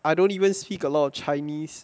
I don't even speak a lot of chinese